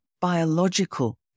biological